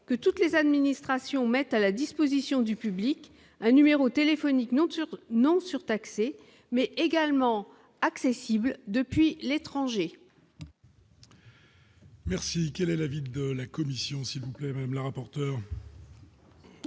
que toutes les administrations mettent à la disposition du public un numéro téléphonique non non surtaxé mais également accessible depuis l'étranger.